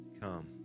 come